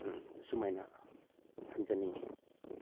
ꯑꯁꯨꯃꯥꯏꯅ ꯊꯝꯖꯅꯤꯡꯉꯤ